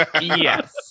Yes